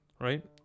Right